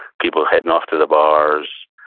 people heading off to the bars.